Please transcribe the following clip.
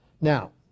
Now